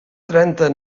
trenta